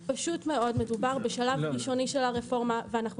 מדובר בשלב ראשוני של הרפורמה ואנחנו